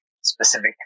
specific